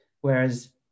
whereas